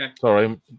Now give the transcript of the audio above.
sorry